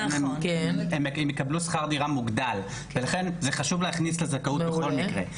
הן יקבלו שכר דירה מוגדל ולכן זה חשוב להכניס לזכאות בכל מקרה.